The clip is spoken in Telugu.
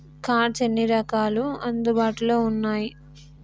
కార్డ్స్ ఎన్ని రకాలు అందుబాటులో ఉన్నయి?